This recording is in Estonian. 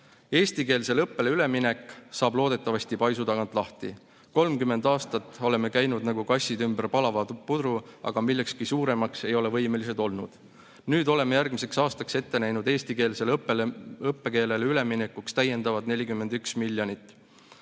Eestikeelsele õppele üleminek saab loodetavasti paisu tagant lahti. 30 aastat oleme käinud nagu kassid ümber palava pudru, aga millekski suuremaks ei ole olnud võimelised. Nüüd oleme järgmiseks aastaks ette näinud eestikeelsele õppekeelele üleminekuks täiendavalt 41 miljonit.